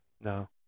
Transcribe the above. No